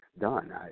done